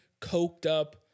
coked-up